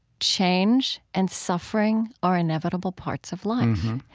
change and suffering are inevitable parts of life.